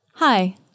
Hi